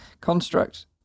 Construct